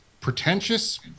pretentious